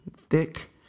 thick